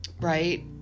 Right